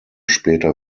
später